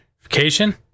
Vacation